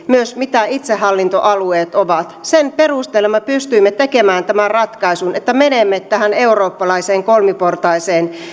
myös mitä itsehallintoalueet ovat sen perusteella me pystymme tekemään tämän ratkaisun että menemme tähän eurooppalaiseen kolmiportaiseen